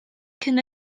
cyn